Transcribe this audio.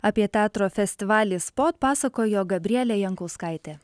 apie teatro festivalį spot pasakojo gabrielė jankauskaitė